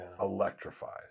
electrifies